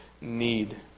need